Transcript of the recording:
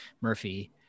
Murphy